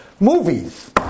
Movies